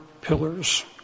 Pillars